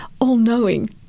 all-knowing